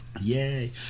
Yay